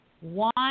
one